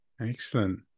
Excellent